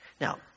Now